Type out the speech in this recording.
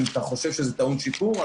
אם אתה חושב שזה טעון שיפור.